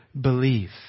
believe